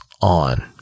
on